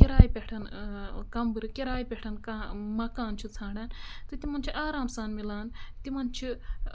کِراے پٮ۪ٹھ کَمرٕ کِراے پٮ۪ٹھ کانٛہہ مَکان چھُ ژھانڈان تہٕ تِمَن چھِ آرام سان مِلان تِمَن چھِ